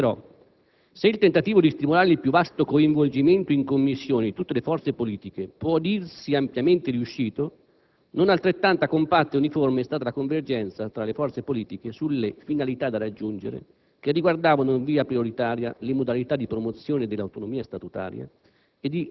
Però, se il tentativo di stimolare il più vasto coinvolgimento in Commissione di tutte le forze politiche può dirsi ampiamente riuscito, non altrettanta compatta e uniforme è stata la convergenza fra le forze politiche sulle finalità da raggiungere che riguardavano in via prioritaria le modalità di promozione dell'autonomia statutaria